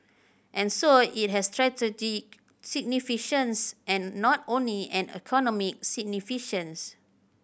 and so it has strategic and not only an economic